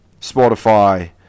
Spotify